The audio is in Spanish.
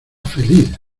feliz